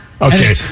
Okay